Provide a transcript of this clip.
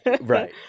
Right